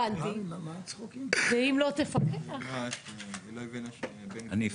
אם לא תפקח --- אני אפקח.